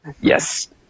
Yes